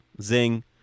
Zing